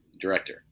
Director